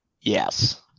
Yes